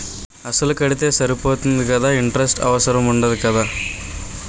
అసలు కడితే సరిపోతుంది కదా ఇంటరెస్ట్ అవసరం ఉండదు కదా?